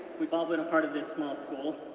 we've all been a part of this small school,